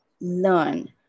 learn